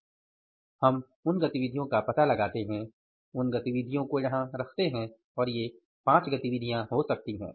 1 हम उन गतिविधियों का पता लगाते हैं उन गतिविधियों को यहाँ रखते हैं और ये पाँच गतिविधियाँ हो सकती हैं